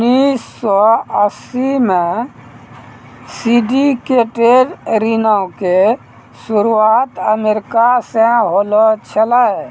उन्नीस सौ अस्सी मे सिंडिकेटेड ऋणो के शुरुआत अमेरिका से होलो छलै